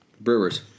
Brewers